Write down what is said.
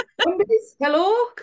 Hello